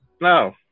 no